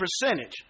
percentage